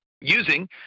using